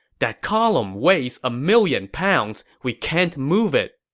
that column weighs a million pounds. we can't move it.